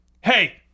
Hey